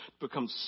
become